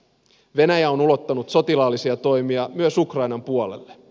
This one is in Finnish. venäjä on ulottanut sotilaallisia toimia myös ukrainan puolelle